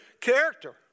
character